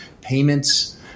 payments